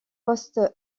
postes